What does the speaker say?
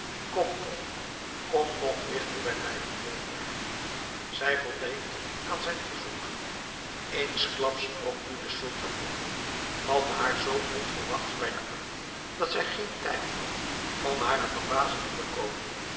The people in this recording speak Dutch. kom toch kom nog digter bij mij vervolgde hij zij voldeed aan zijn verzoek eensklaps sprong nu de sultan op vatte haar zoo onverwachts bij den arm dat zij geen tijd had van hare verbazing te bekomen